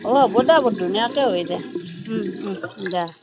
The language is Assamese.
অঁ হ'ব দে বৰ ধুনীয়াকৈ হৈ যায় দে